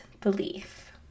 belief